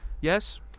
Yes